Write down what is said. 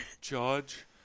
judge